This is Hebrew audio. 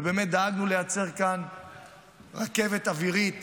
ובאמת דאגנו לייצר כאן רכבת אווירית